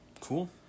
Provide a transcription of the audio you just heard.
cool